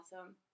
awesome